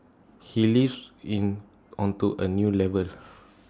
he lifts in onto A new level